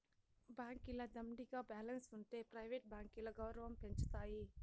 బాంకీల దండిగా బాలెన్స్ ఉంటె ప్రైవేట్ బాంకీల గౌరవం పెంచతాయి